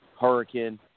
Hurricane